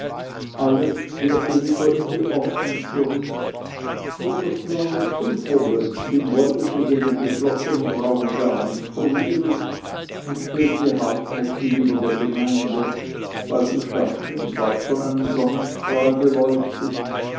alles kehrte wieder in die ordnung zurück nur das blaue pulverwölkchen wollte sich in dem geschlossenen raume gar nicht verlieren und schwebte hartnäckig über der gemeinde bald im schatten bald von einem sonnenstrahl beleuchtet